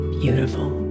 beautiful